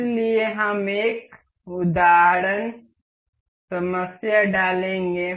इसलिए हम एक उदाहरण समस्या डालेंगे